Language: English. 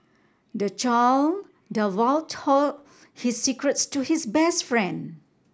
the child divulged all his secrets to his best friend